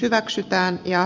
arvoisa puhemies